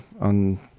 on